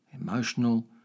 emotional